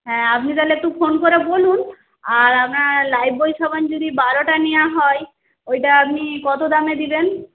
হ্যাঁ আপনি তাহলে একটু ফোন করে বলুন আর আপনার লাইফবয় সাবান যদি বারোটা নেওয়া হয় ওইটা আপনি কত দামে দেবেন